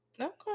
Okay